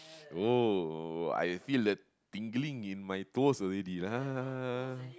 oh I feel the tingling in my toes already lah